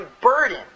burden